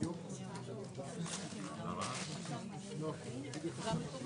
זוגו של העובד הוא עובד או עובד עצמאי, ולא נעדר